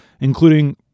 including